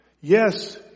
Yes